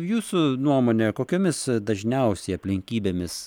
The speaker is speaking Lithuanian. jūsų nuomone kokiomis dažniausiai aplinkybėmis